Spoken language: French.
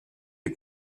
est